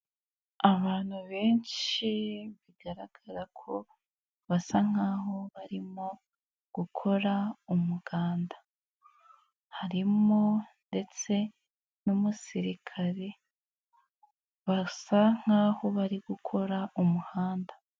Abantu benshi bigaragara ko basa nk'aho barimo gukora umuganda, harimo ndetse n'umusirikare, basa nk'aho bari gukora umuhanda.